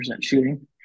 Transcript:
shooting